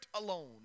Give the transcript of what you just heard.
alone